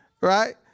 right